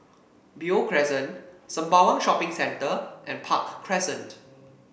Beo Crescent Sembawang Shopping Centre and Park Crescent